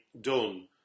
done